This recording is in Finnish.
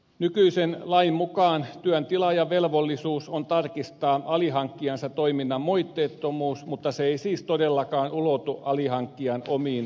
nykyisen lain mukaan työn tilaajan velvollisuus on tarkistaa alihankkijansa toiminnan moitteettomuus mutta se ei siis todellakaan ulotu alihankkijan omiin alihankintoihin